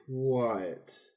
quiet